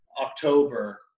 October